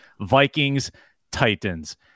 Vikings-Titans